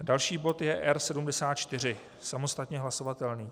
Další bod je R74 samostatně hlasovatelný.